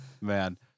Man